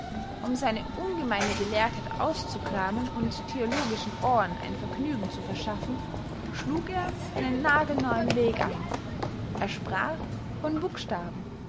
um seine ungemeine gelehrtheit auszukramen und theologischen ohren ein vergnügen zu verschaffen schlug er einen nagelneuen weg ein er sprach von buchstaben